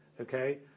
okay